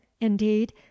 indeed